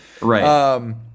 Right